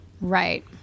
Right